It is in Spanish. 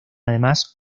además